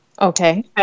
Okay